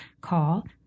call